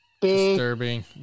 Disturbing